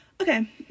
okay